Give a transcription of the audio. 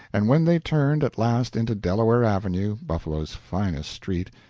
and when they turned at last into delaware avenue, buffalo's finest street,